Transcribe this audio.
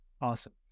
Awesome